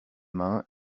main